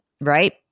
right